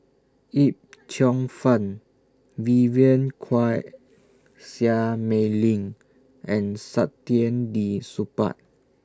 Yip Cheong Fun Vivien Quahe Seah Mei Lin and Saktiandi Supaat